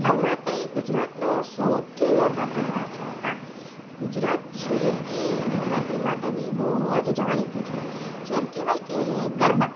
નવરાત્રિ ગુજરાતનો સૌથી મોટો તહેવાર છે હા ગુજરાત છે એ નવરાત્રિ માટે બી બહું જ જાણીતું છે જેમ કહેવાય કે ગરબા